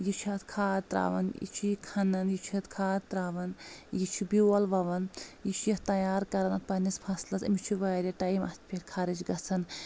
یہِ چھُ اَتھ کھاد تراوان یہِ چھُ یہِ کھنان یہِ چھُ اَتھ کھاد تراوان یہِ چھُ بیول وَوان یہِ چھُ یَتھ تَیار کران یَتھ پنٕنِس فصلَس أمِس چھُ واریاہ ٹایم اَتھ پٮ۪ٹھ خرٕچ گژھان